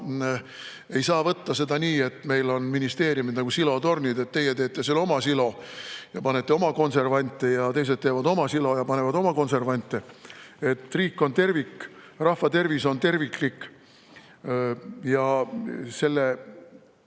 ei saa võtta seda nii, et meil on ministeeriumid nagu silotornid, et teie teete seal oma silo ja panete oma konservante ja teised teevad oma silo ja panevad oma konservante. Riik on tervik, rahvatervis on terviklik ja selle